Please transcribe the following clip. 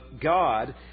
God